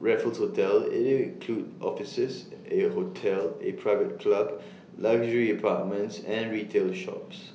Raffles hotel IT will include offices A hotel A private club luxury apartments and retail shops